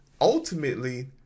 ultimately